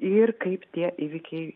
ir kaip tie įvykiai